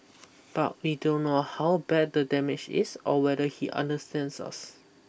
but we don't know how bad the damage is or whether he understands us